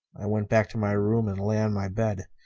i went back to my room and lay on my bed.